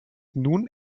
nun